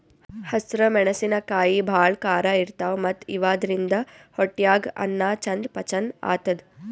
ಹಸ್ರ್ ಮೆಣಸಿನಕಾಯಿ ಭಾಳ್ ಖಾರ ಇರ್ತವ್ ಮತ್ತ್ ಇವಾದ್ರಿನ್ದ ಹೊಟ್ಯಾಗ್ ಅನ್ನಾ ಚಂದ್ ಪಚನ್ ಆತದ್